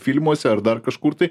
filmuose ar dar kažkur tai